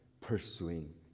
pursuing